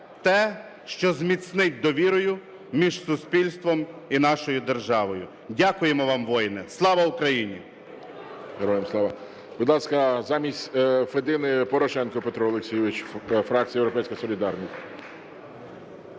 те, що зміцнить довіру між суспільством і нашою державою. Дякуємо вам, воїни. Слава Україні!